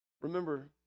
Remember